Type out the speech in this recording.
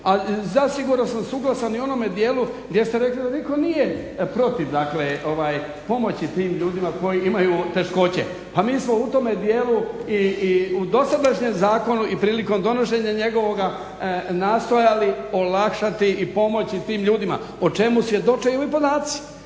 A zasigurno sam suglasan i u onome dijelu gdje ste rekli da nitko nije protiv pomoći tim ljudima koji imaju teškoće. Pa mi smo u tome dijelu i dosadašnjem zakona i prilikom donošenja njegova nastojali olakšati i pomoći tim ljudima o čemu svjedoče ovi podaci.